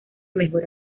mejor